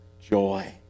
joy